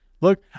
Look